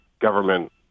government